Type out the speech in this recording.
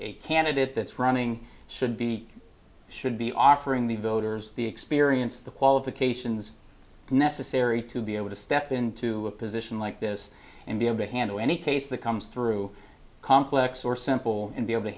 a candidate that's running should be should be offering the voters the experience the qualifications necessary to be able to step into a position like this and be able to handle any case that comes through complex or simple and be able to